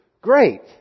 great